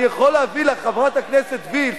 חברת הכנסת וילף,